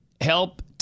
help